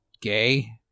gay